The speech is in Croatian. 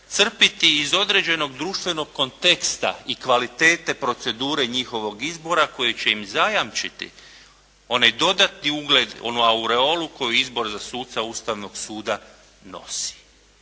crpiti iz određenog društvenog konteksta i kvalitete procedure njihovog izbora koji će im zajamčiti onaj dodatni ugled, onu aureolu koju izbor za suca Ustavnog suda nosi.